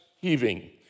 heaving